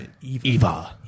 Eva